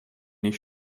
ich